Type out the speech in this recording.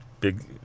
big